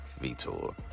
Vitor